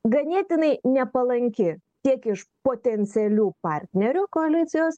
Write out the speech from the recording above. ganėtinai nepalanki tiek iš potencialių partnerių koalicijos